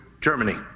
Germany